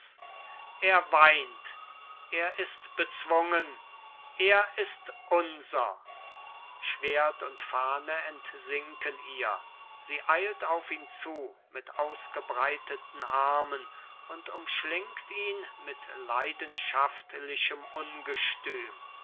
er weint er ist bezwungen er ist unser schwert und fahne entsinken ihr sie eilt auf ihn zu mit ausgebreiteten armen und umschlingt ihn mit leidenschaftlichem ungestüm